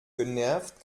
genervt